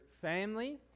family